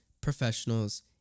professionals